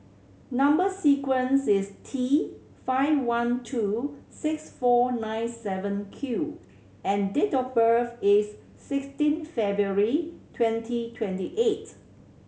number sequence is T five one two six four nine seven Q and date of birth is sixteen February twenty twenty eight